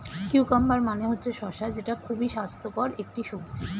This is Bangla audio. কিউকাম্বার মানে হচ্ছে শসা যেটা খুবই স্বাস্থ্যকর একটি সবজি